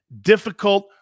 difficult